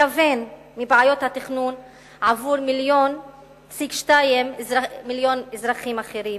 במתכוון מבעיות התכנון עבור 1.2 מיליון אזרחים אחרים,